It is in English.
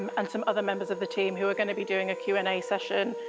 and some other members of the team who are going to be doing a q and a session.